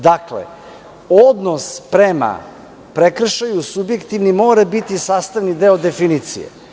Dakle, odnos prema prekršaju, subjektivni, mora biti sastavni deo definicije.